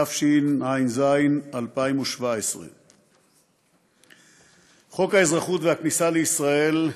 התשע"ז 2017. חוק האזרחות והכניסה לישראל,